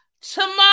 Tomorrow